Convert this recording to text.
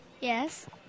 Yes